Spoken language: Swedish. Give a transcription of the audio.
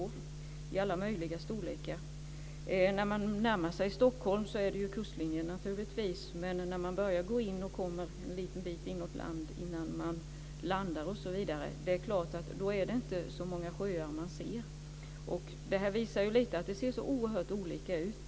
De är i alla möjliga storlekar. När man närmar sig Stockholm ser man naturligtvis kustlinjen. Men när man kommer en liten bit inåt land, innan man landar osv. är det klart att man inte ser så många sjöar. Detta visar lite att det ser så oerhört olika ut.